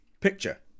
picture